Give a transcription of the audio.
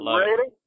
ready